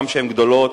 גם כשהן גדולות